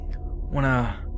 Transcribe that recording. Wanna